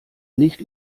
nicht